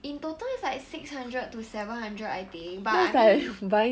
in total it's like six hundred to seven hundred I think but I mean